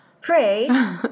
pray